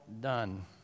done